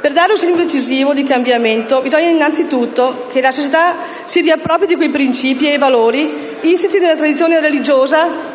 Per dare un segno decisivo di cambiamento bisogna innanzi tutto che la società si riappropri di quei principi e valori insiti nella tradizione religiosa,